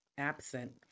absent